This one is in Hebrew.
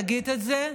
נגיד את זה,